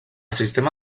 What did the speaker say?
sistema